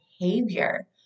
behavior